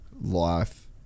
life